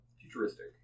futuristic